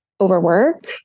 overwork